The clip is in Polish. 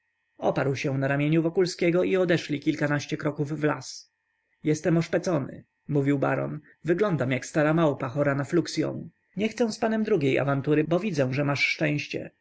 oparł się na ramieniu wokulskiego i odeszli kilkanaście kroków w las jestem oszpecony mówił baron wyglądam jak stara małpa chora na fluksyą nie chcę z panem drugiej awantury bo widzę że masz szczęście